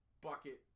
bucket